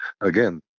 Again